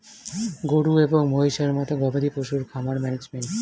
গরু এবং মহিষের মতো গবাদি পশুর খামার ম্যানেজমেন্ট